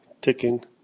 ticking